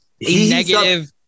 Negative